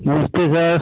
नमस्ते सर